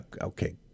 okay